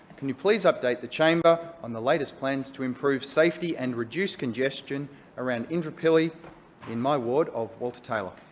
can you please update the chamber on the latest plans to improve safety and reduce congestion around indooroopilly in my ward of walter taylor?